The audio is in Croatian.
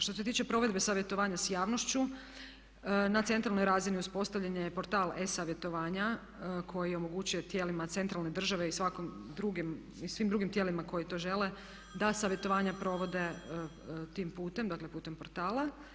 Što se tiče provedbe savjetovanja s javnošću na centralnoj razini uspostavljen je portal e-savjetovanja koji omogućuje tijelima centralne države i svim drugim tijelima koji to žele da savjetovanja provode tim putem, dakle putem portala.